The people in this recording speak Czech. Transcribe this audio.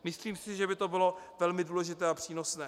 Myslím si, že by to bylo velmi důležité a přínosné.